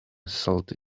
salty